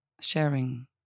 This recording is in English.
sharing